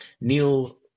Neil